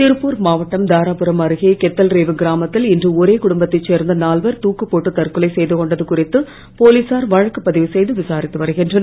திருப்பூர் மாவட்டம் தாராபுரம் அருகே கெத்தல்ரேவு கிராமத்தில் இன்று ஒரே குடும்பத்தைச் சேர்ந்த நால்வர் தூக்குப்போட்டு தற்கொலை செய்துகொண்டது குறித்து போலீசார் வழக்கு பதிவுசெய்து விசாரித்து வருகின்றனர்